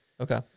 okay